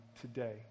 today